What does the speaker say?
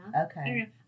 Okay